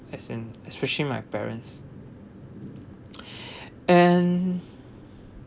as in especially my parents and